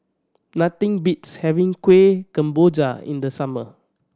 nothing beats having Kuih Kemboja in the summer